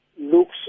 looks